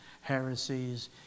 heresies